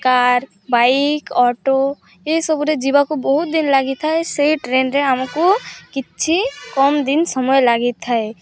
car bike auto ଏଇସବୁରେ ଯିବାକୁ ବହୁତ ଦିନ ଲାଗିଥାଏ ସେଇ ଟ୍ରେନ୍ରେ ଆମକୁ କିଛି କମ୍ ଦିନ ସମୟ ଲାଗିଥାଏ